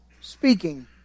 speaking